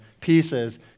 pieces